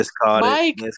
Mike